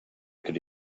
could